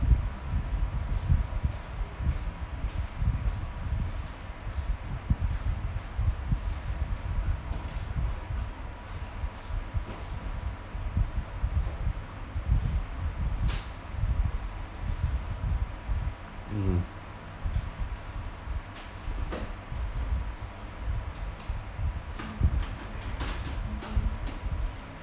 mm